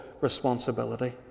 responsibility